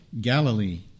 Galilee